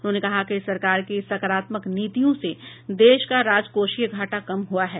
उन्होंने कहा कि सरकार की सकारात्मक नीतियों से देश का राजकोषीय घाटा कम हुआ है